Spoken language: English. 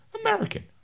American